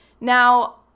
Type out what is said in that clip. Now